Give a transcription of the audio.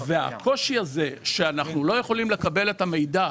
הקושי הזה שאנחנו לא יכולים לקבל את המידע,